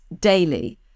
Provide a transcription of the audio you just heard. daily